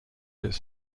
its